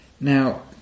Now